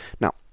Now